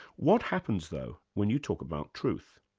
what happens, though, when you talk about truth?